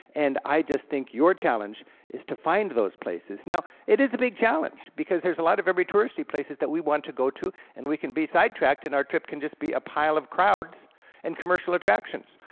and i just think your challenge is to find those places. now it is a big challenge because there's a lot of very touristy places that we want to go to, and we can be sidetracked, and our trip can just be a pile of crowds and commercial attractions.